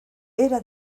era